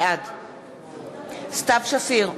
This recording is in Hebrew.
בעד סתיו שפיר,